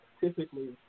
typically